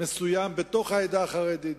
מסוים בתוך העדה החרדית,